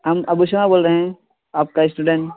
ہم ابو شمع بول رہے ہیں آپ کا اسٹوڈنٹ